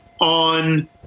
on